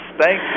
Thank